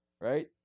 right